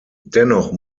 dennoch